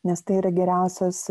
nes tai yra geriausias